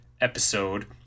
episode